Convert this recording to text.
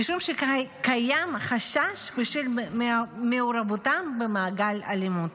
משום שקיים חשש בשל מעורבותם במעגל האלימות.